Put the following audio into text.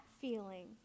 feeling